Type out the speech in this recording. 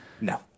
No